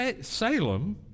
Salem